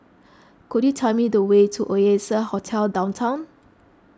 could you tell me the way to Oasia Hotel Downtown